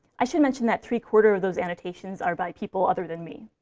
i should mention that three-quarters of those annotations are by people other than me.